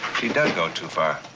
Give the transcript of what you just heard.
she does go too far.